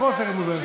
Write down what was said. חוסר אמון בממשלה.